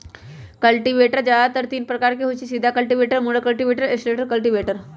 cultivator जादेतर तीने प्रकार के होई छई, सीधा कल्टिवेटर, मुरल कल्टिवेटर, स्लैटेड कल्टिवेटर